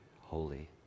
holy